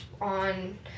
on